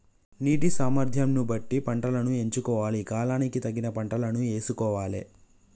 నీటి సామర్థ్యం ను బట్టి పంటలను ఎంచుకోవాలి, కాలానికి తగిన పంటలను యేసుకోవాలె